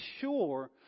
sure